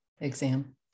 exam